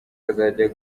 kazajya